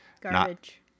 garbage